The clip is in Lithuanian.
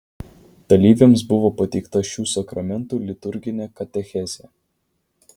dalyviams buvo pateikta šių sakramentų liturginė katechezė